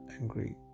angry